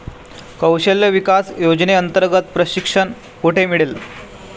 कौशल्य विकास योजनेअंतर्गत प्रशिक्षण कुठे मिळेल?